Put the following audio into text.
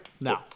No